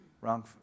Wrong